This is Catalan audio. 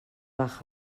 bajas